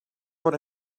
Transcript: fod